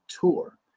tour